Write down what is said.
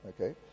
Okay